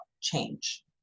change